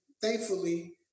thankfully